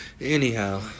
Anyhow